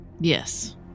Yes